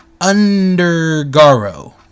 Undergaro